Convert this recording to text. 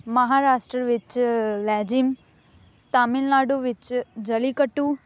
ਮਹਾਰਾਸ਼ਟਰ ਵਿੱਚ ਲੈਜੀਮ ਤਮਿਲਨਾਡੂ ਵਿੱਚ ਜਲੀ ਕੱਟੂ